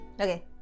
Okay